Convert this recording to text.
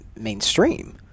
mainstream